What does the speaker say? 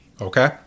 okay